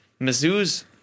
Mizzou's